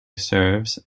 serves